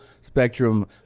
spectrum